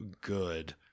good